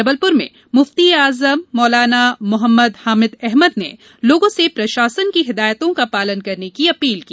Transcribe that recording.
जबलपुर में मुफ्ती ए आजम मोलाना मोहम्मद हामिद अहमद ने लोगों से प्रशासन की हिदायतों का पालन करने की अपील की